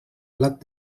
plat